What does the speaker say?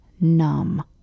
numb